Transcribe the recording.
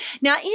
now